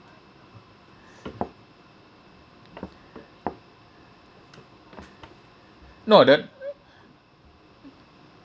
no the